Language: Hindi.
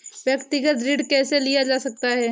व्यक्तिगत ऋण कैसे लिया जा सकता है?